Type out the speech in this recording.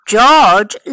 George